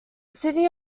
city